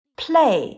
play